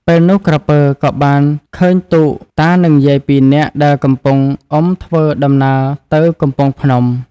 ពេលនោះក្រពើ ក៏បានឃើញទូកតានឹងយាយពីរនាក់ ដែលកំពុងអុំធ្វើដំណើរទៅកំពង់ភ្នំ។